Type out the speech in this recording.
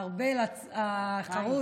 ארבל החרוץ,